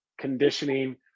conditioning